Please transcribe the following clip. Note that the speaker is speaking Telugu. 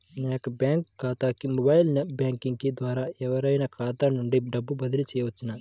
నా యొక్క బ్యాంక్ ఖాతాకి మొబైల్ బ్యాంకింగ్ ద్వారా ఎవరైనా ఖాతా నుండి డబ్బు బదిలీ చేయవచ్చా?